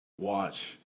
watch